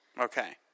Okay